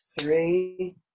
three